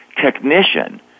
technician